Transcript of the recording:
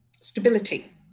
stability